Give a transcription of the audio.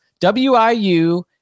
WIU